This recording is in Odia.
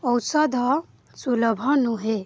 ଔଷଧ ସୁଲଭ ନୁହେଁ